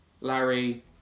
Larry